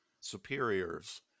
superiors